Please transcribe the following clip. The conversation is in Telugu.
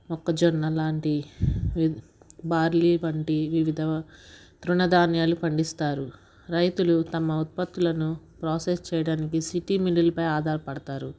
మొక్కజొన్నలాంటి బార్లీ వంటి వివిధ తృణధాన్యాలు పండిస్తారు రైతులు తమ ఉత్పత్తులను ప్రాసెస్ చేయడానికి సిటీ మిల్లులపై ఆధార పడతారు